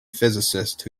physicist